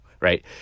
right